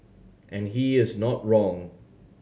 and he is not wrong